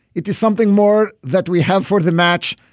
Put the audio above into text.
it is something more that we have for the match,